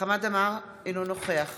חמד עמאר, אינו נוכח